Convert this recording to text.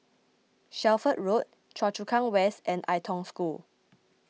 Shelford Road Choa Chu Kang West and Ai Tong School